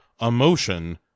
emotion